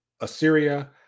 Assyria